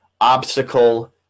obstacle